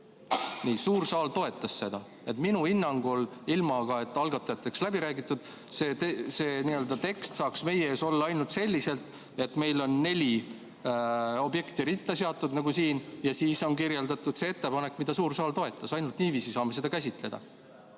suur saal toetas seda. Minu hinnangul – ilma et algatajatega oleks läbi räägitud – see tekst saaks meie ees olla ainult selliselt, et meil on neli objekti ritta seatud, nagu siin on, ja siis on kirjeldatud see ettepanek, mida suur saal toetas. Ainult niiviisi saame seda käsitleda.